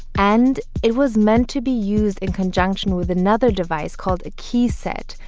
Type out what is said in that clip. and it was meant to be used in conjunction with another device called a keyset,